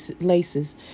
laces